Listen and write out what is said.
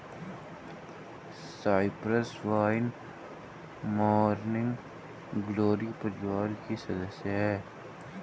Cyprus vine morning glory परिवार की सदस्य हैं